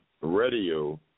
radio